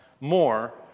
more